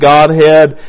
Godhead